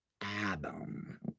Adam